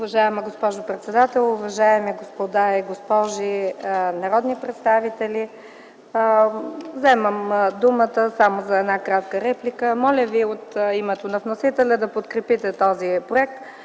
Уважаема госпожо Председател, уважаеми госпожи и господа народни представители! Вземам думата само за кратка реплика. Моля ви от името на вносителя да подкрепите този законопроект,